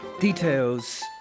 Details